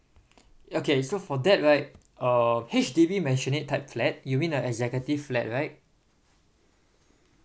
okay so for that right uh H_D_B maisonette type flat you mean a executive flat right